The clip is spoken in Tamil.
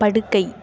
படுக்கை